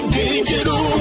digital